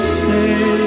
say